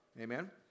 Amen